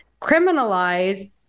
criminalize